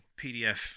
PDF